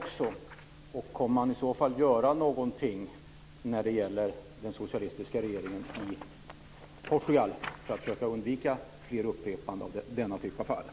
Kommer man att göra någonting när det gäller den socialistiska regeringen i Portugal för att försöka undvika upprepanden av denna typ av fall?